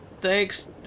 Thanks